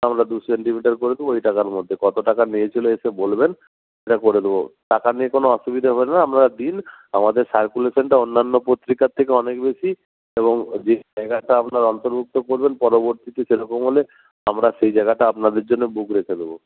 আমরা দু সেন্টিমিটার করে দেবো ওই টাকার মধ্যে কতো টাকা নিয়েছিলো এসে বলবেন করে দেবো টাকা নিয়ে কোনো অসুবিধে হবে না আপনারা দিন আমাদের সারকুলেশানটা অন্যান্য পত্রিকার থেকে অনেক বেশি এবং যে লেখাটা আপনারা অন্তর্ভুক্ত করবেন পরবর্তীতে সেরকম হলে আমরা সেই জায়গাটা আপনাদের জন্য বুক রেখে দেবো